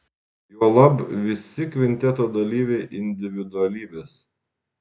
juolab visi kvinteto dalyviai individualybės